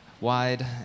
wide